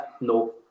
No